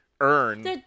earn